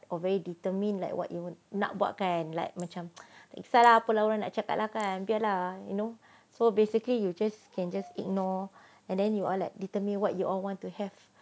or very determine like what you want nak buat kan like macam tak kisahlah apa orang nak cakap kan biarlah you know so basically you just can just ignore and then you all like determine what you all want to have